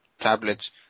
tablets